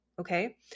Okay